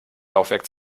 laufwerk